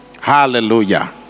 Hallelujah